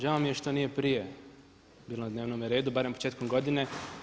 Žao mi je što nije prije bilo na dnevnome redu, barem početkom godine.